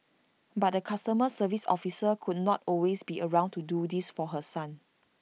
but the customer service officer could not always be around to do this for her son